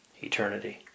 eternity